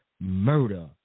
murder